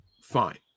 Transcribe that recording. Fine